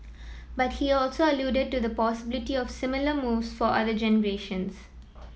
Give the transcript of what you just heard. but he also alluded to the possibility of similar moves for other generations